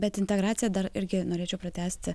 bet integraciją dar irgi norėčiau pratęsti